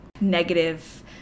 negative